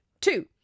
Two